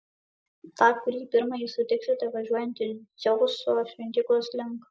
tą kurį pirmąjį sutiksite važiuojantį dzeuso šventyklos link